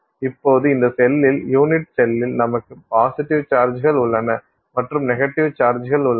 இப்போது இந்த செல்லில் யூனிட் செல்லில் நமக்கு பாசிட்டிவ் சார்ஜ்கள் உள்ளன மற்றும் நெகட்டிவ் சார்ஜ்கள் உள்ளன